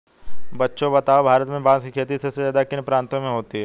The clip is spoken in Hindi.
बच्चों बताओ भारत में बांस की खेती सबसे ज्यादा किन प्रांतों में होती है?